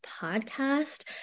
podcast